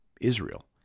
Israel